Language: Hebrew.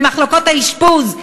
במחלקות האשפוז?